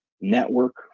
network